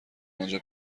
آنجا